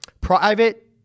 private